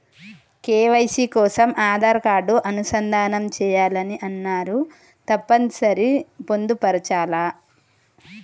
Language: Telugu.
కే.వై.సీ కోసం ఆధార్ కార్డు అనుసంధానం చేయాలని అన్నరు తప్పని సరి పొందుపరచాలా?